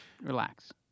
Relax